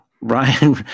Ryan